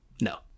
No